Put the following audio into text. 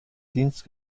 dienst